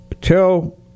tell